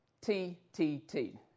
T-T-T